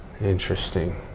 Interesting